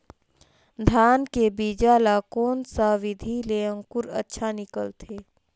धान के बीजा ला कोन सा विधि ले अंकुर अच्छा निकलथे?